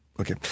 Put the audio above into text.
okay